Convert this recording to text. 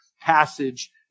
passage